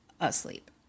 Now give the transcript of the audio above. asleep